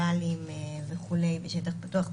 פסטיבלים וכו' בשטח פתוח,